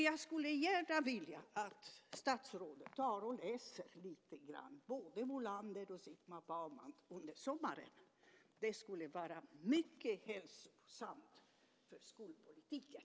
Jag skulle därför gärna vilja att statsrådet under sommaren lite grann läser både Molander och Zygmunt Bauman. Det skulle vara mycket hälsosamt för skolpolitiken.